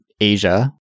Asia